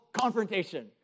confrontation